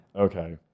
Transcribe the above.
okay